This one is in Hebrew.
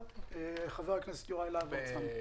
חבר הכנסת יוראי להב הרצנו.